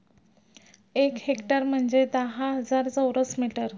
एक हेक्टर म्हणजे दहा हजार चौरस मीटर